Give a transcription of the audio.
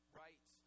right